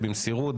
במסירות,